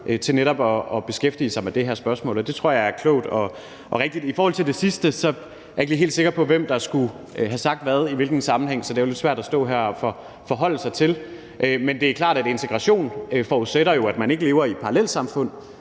til netop at beskæftige sig med det her spørgsmål. Det tror jeg er klogt og rigtigt. I forhold til det sidste er jeg ikke lige helt sikker på, hvem der skulle have sagt hvad og i hvilken sammenhæng, så det er jo lidt svært at stå her og forholde sig til det. Det er klart, at integration forudsætter, at man ikke lever i et parallelsamfund,